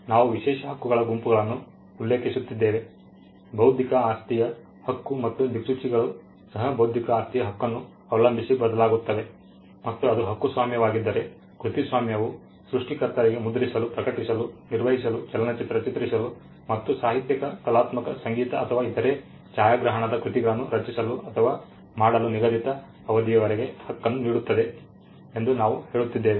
ನಾವು ವಿಶೇಷ ಹಕ್ಕುಗಳ ಗುಂಪುಗಳನ್ನು ಉಲ್ಲೇಖಿಸುತ್ತಿದ್ದೇವೆ ಬೌದ್ಧಿಕ ಆಸ್ತಿಯ ಹಕ್ಕು ಮತ್ತು ದಿಕ್ಸೂಚಿಗಳು ಸಹ ಬೌದ್ಧಿಕ ಆಸ್ತಿಯ ಹಕ್ಕನ್ನು ಅವಲಂಬಿಸಿ ಬದಲಾಗುತ್ತವೆ ಮತ್ತು ಅದು ಹಕ್ಕುಸ್ವಾಮ್ಯವಾಗಿದ್ದರೆ ಕೃತಿಸ್ವಾಮ್ಯವು ಸೃಷ್ಟಿಕರ್ತರಿಗೆ ಮುದ್ರಿಸಲು ಪ್ರಕಟಿಸಲು ನಿರ್ವಹಿಸಲು ಚಲನಚಿತ್ರ ಚಿತ್ರಿಸಲು ಮತ್ತು ಸಾಹಿತ್ಯಿಕ ಕಲಾತ್ಮಕ ಸಂಗೀತ ಅಥವಾ ಇತರೆ ಛಾಯಾಗ್ರಹಣದ ಕೃತಿಗಳನ್ನು ರಚಿಸಲು ಅಥವಾ ಮಾಡಲು ನಿಗದಿತ ಅವಧಿಯವರೆಗೆ ಹಕ್ಕನ್ನು ನೀಡುತ್ತದೆ ಎಂದು ನಾವು ಹೇಳುತ್ತಿದ್ದೇವೆ